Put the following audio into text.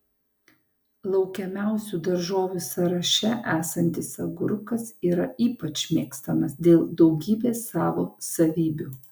laukiamiausių daržovių sąraše esantis agurkas yra ypač mėgstamas dėl daugybės savo savybių